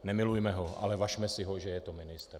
Nemilujme ho, ale važme si ho, že je to ministr.